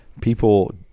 people